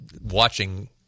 watching